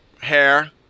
hair